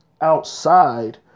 outside